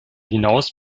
hinaus